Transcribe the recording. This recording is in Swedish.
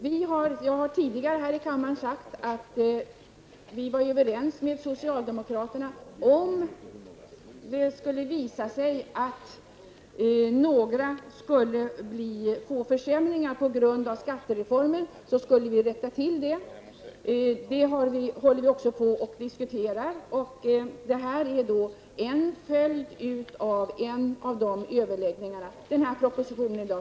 Jag har tidigare här i kammaren sagt att vi var överens med socialdemokraterna om att om det skulle visa sig att några skulle få försämringar på grund av skattereformen skulle vi rätta till det. Det håller vi på att diskutera, och propositionen i dag är en följd av de överläggningarna.